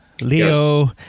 Leo